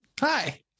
Hi